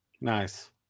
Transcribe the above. Nice